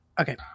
Okay